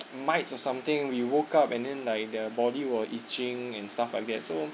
mites or something we woke up and then like the body were itching and stuff like that so